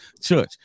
church